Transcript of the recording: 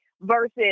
versus